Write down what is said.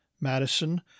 Madison